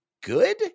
good